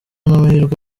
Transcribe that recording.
n’amahirwe